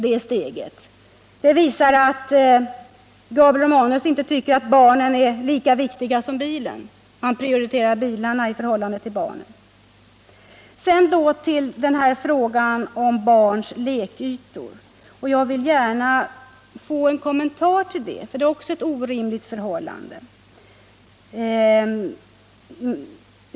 Det visar att Gabriel Romanus inte tycker att barnen är lika viktiga som bilarna. Han prioriterar bilarna i förhållande till barnen. Sedan till frågan om barnens lekytor. Jag vill gärna att socialministern svarar på min fråga i det avseendet.